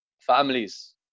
families